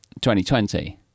2020